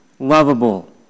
Lovable